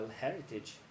heritage